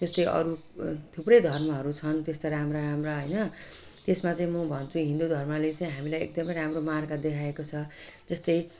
त्यस्तै अरू थुप्रै धर्महरू छन् त्यस्ता राम्रा राम्रा हैन त्यसमा चाहिँ म भन्छु हिन्दू धर्मले चाहिँ हामीलाई एकदमै राम्रो मार्ग देखाएको छ त्यस्तै